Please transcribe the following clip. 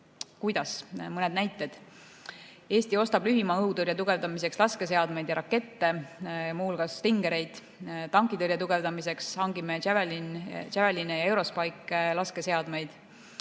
Kuidas? Mõned näited. Eesti ostab lühimaa õhutõrje tugevdamiseks laskeseadmeid ja rakette, muu hulgas Stingereid. Tankitõrje tugevdamiseks hangime Javeline ja EuroSpike laskeseadmeid.